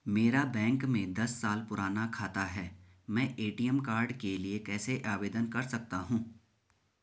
मेरा बैंक में दस साल पुराना खाता है मैं ए.टी.एम कार्ड के लिए कैसे आवेदन कर सकता हूँ?